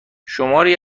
شماری